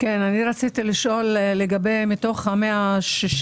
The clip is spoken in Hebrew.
אתה לא היית ואל תגיד מה לא שמעת.